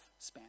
lifespan